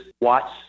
watch